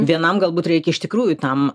vienam galbūt reikia iš tikrųjų tam